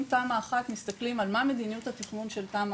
אם תמ"א1 מסתכלים על מה מדיניות התכנון של תמ"א1.